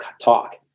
talk